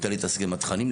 יותר להתעסק עם התכנים.